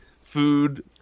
food